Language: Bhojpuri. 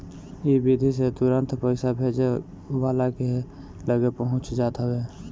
इ विधि से तुरंते पईसा भेजे वाला के लगे पहुंच जात हवे